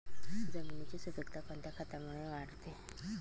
जमिनीची सुपिकता कोणत्या खतामुळे वाढते?